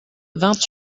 vingt